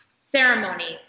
ceremony